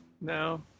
no